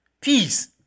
Peace